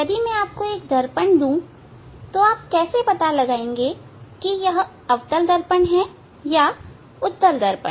यदि मैं आपको एक दर्पण दूं तो आप कैसे पता लगाएंगे कि यह अवतल दर्पण है या उत्तल दर्पण